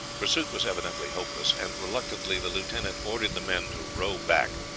pursuit was evidently hopeless, and reluctantly the lieutenant ordered the men to row back.